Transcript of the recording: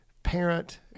parent